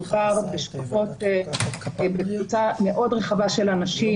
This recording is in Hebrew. מדובר במשפחות ובקבוצה מאוד רחבה של אנשים,